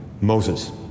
Moses